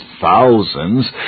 thousands